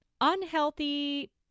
unhealthy